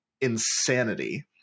Insanity